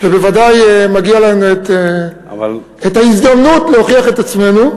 ובוודאי מגיעה לנו ההזדמנות להוכיח את עצמנו.